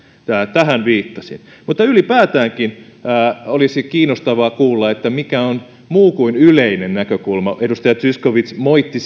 tähän viittasin mutta ylipäätäänkin olisi kiinnostavaa kuulla mikä on muu kuin yleinen näkökulma edustaja zyskowicz moitti